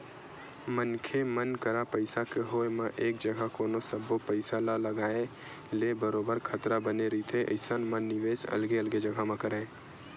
मनखे मन करा पइसा के होय म एक जघा कोनो सब्बो पइसा ल लगाए ले बरोबर खतरा बने रहिथे अइसन म निवेस अलगे अलगे जघा म करय